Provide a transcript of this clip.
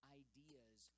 ideas